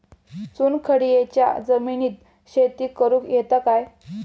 चुनखडीयेच्या जमिनीत शेती करुक येता काय?